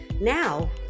now